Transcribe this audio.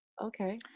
Okay